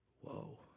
Whoa